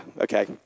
okay